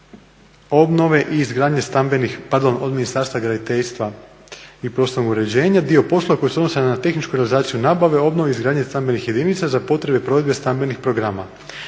obnove i izgradnje stambenih, pardon od Ministarstva graditeljstva i prostornog uređenja dio poslova koji se odnose na tehničku realizaciju nabave, obnove i izgradnje stambenih jedinica za potrebe provedbe stambenih programa